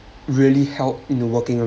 really help in the working